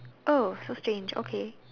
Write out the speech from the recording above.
oh so strange okay